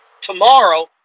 Tomorrow